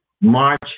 March